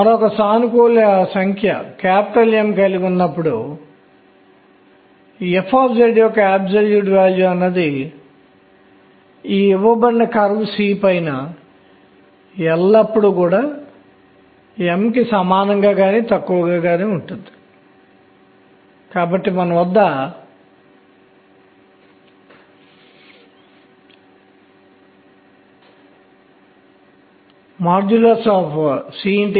వృత్తాకార కక్ష్య కోసం వైశాల్యం R2గా ఉంటుంది మరియు ఈ దిశని z అని అనుకుందాం మనం z యూనిట్ వెక్టార్ ఏకాంక సదిశా I చుట్టూ తిరిగే పౌనఃపున్యం గా వ్రాద్దాం